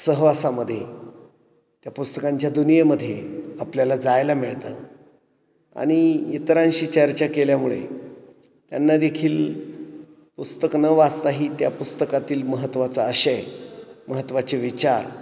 सहवासामध्ये त्या पुस्तकांच्या दुनियेमध्ये आपल्याला जायला मिळतं आणि इतरांशी चर्चा केल्यामुळे त्यांनादेखील पुस्तक न वाचताही त्या पुस्तकातील महत्त्वाचा आशय महत्त्वाचे विचार